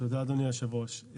תודה אדוני היושב ראש,